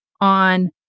on